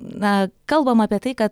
na kalbam apie tai ką